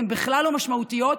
הן בכלל לא משמעותיות,